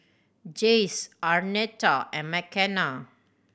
Jace Arnetta and Mckenna